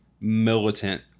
militant